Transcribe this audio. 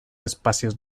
espacios